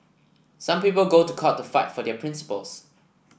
some people go to court to fight for their principles